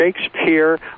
Shakespeare